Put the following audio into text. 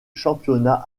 championnat